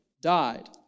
died